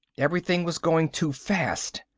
everything was going too fast.